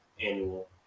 annual